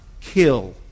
kill